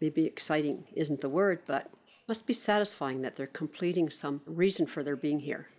the be exciting isn't the word that must be satisfying that they're completing some reason for their being here